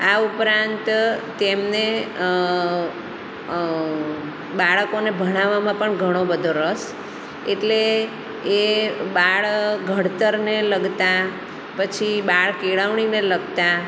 આ ઉપરાંત તેમને બાળકોને ભણાવવામાં પણ ઘણો બધો રસ એટલે એ બાળ ઘડતરને લગતા પછી બાળ કેળવણીને લગતા